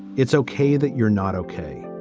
it's okay that you're not ok.